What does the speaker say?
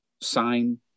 sign